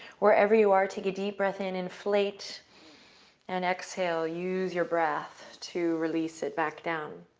wherever you are, take a deep breath in. inflate and exhale. use your breath to release it back down.